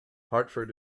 hartford